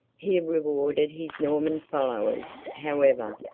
he rewarded his norman followers, however,